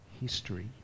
history